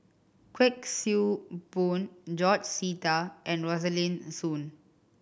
Kuik Swee Boon George Sita and Rosaline Soon